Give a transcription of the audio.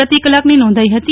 પ્રતિ કલાકની નોંધાઈ હતી